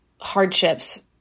hardships